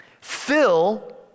fill